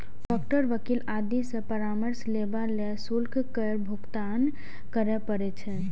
doctor, वकील आदि सं परामर्श लेबा लेल शुल्क केर भुगतान करय पड़ै छै